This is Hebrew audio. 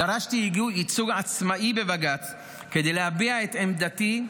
דרשתי ייצוג עצמאי בבג"ץ כדי להביע את עמדתי,